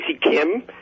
Kim